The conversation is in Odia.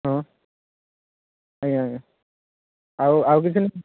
ହଁ ଆଜ୍ଞା ଆଜ୍ଞା ଆଉ ଆଉ କିଛି